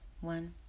One